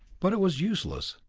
but it was useless.